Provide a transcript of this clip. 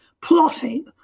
plotting